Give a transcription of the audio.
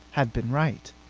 had been right.